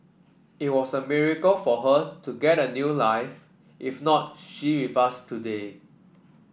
it was a miracle for her to get a new life if not she with us today